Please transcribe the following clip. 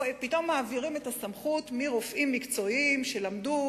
פתאום מעבירים את הסמכות מרופאים מקצועיים שלמדו